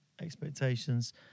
expectations